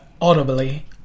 audibly